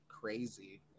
crazy